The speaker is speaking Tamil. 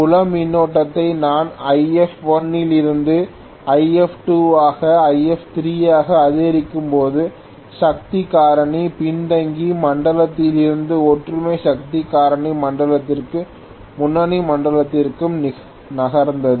புலம் மின்னோட்டத்தை நான் If1 இலிருந்து If2 ஆக If3 ஆக அதிகரிக்கும்போது சக்தி காரணி பின்தங்கிய மண்டலத்திலிருந்து ஒற்றுமை சக்தி காரணி மண்டலத்திற்கு முன்னணி மண்டலத்திற்கு நகர்ந்தது